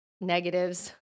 negatives